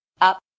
Up